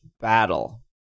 battle